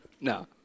No